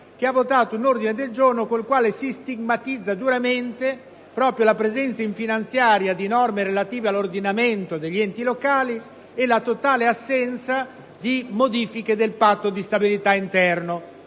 che ha votato un ordine del giorno con il quale si stigmatizza duramente la presenza in finanziaria di norme relative all'ordinamento degli enti locali e la totale assenza di modifiche del Patto di stabilità interno.